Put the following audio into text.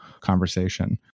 conversation